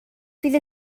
fydd